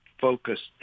focused